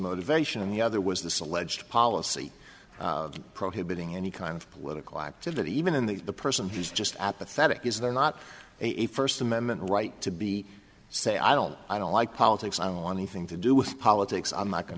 motivation and the other was this alleged policy prohibiting any kind of political activity even in the person who's just apathetic is there not a first amendment right to be say i don't i don't like politics on anything to do with politics i'm not going